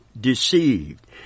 deceived